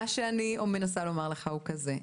מה שאני מנסה לומר לך הוא כזה,